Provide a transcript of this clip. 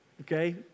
Okay